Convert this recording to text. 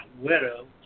widow